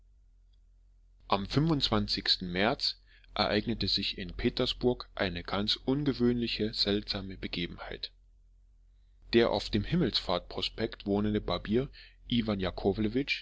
am märz ereignete sich in petersburg eine ganz ungewöhnliche seltsame begebenheit der auf dem himmelfahrtsprospekt wohnende barbier iwan